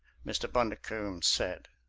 mr. bundercombe said.